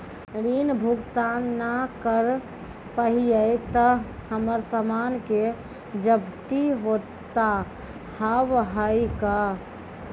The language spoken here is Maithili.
ऋण भुगतान ना करऽ पहिए तह हमर समान के जब्ती होता हाव हई का?